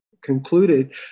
concluded